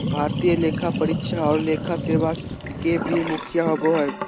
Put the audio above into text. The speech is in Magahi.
भारतीय लेखा परीक्षा और लेखा सेवा के भी मुखिया होबो हइ